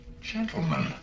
Gentlemen